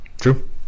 true